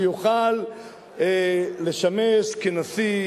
שיוכל לשמש כנשיא,